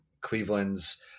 Cleveland's